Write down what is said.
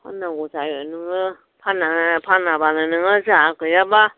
फाननांगौ जायो नोङो फाना फानाबानो नोङो जाहा गैयाबा